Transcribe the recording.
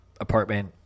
apartment